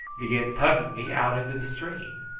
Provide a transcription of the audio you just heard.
began tugging me out into the stream.